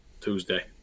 Tuesday